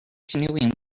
canoeing